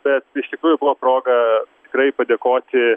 bet iš tikrųjų buvo proga tikrai padėkoti